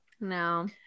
No